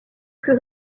plus